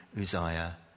Uzziah